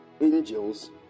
angels